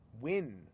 win